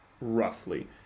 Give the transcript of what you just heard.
roughly